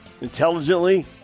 intelligently